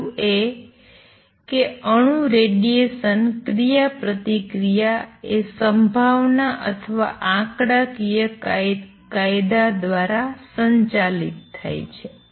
પહેલું એ કે અણુ રેડિએશન ક્રિયાપ્રતિક્રિયા એ સંભાવના અથવા આંકડાકીય કાયદા દ્વારા સંચાલિત થાય છે